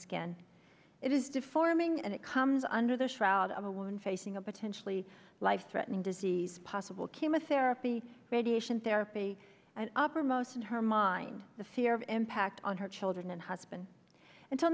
skin it is deforming and it comes under the shroud of a woman facing a potentially life threatening disease possible chemotherapy radiation therapy and uppermost in her mind the fear of impact on her children and husband until